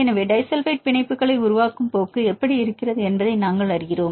எனவே டிஸல்பைட் பிணைப்புகளை உருவாக்கும் போக்கு எப்படி இருக்கிறது என்பதை நாங்கள் அறிகிறோம்